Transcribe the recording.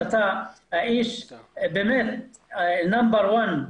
אתה האיש מספר אחד.